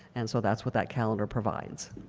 and so that's what that calendar provides.